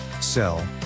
sell